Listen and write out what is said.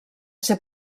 ser